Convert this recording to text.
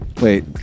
Wait